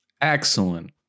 Excellent